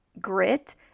grit